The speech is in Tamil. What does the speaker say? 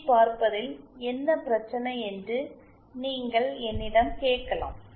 யைப் பார்ப்பதில் என்ன பிரச்சினை என்று நீங்கள் என்னிடம் கேட்கலாம்